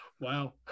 wow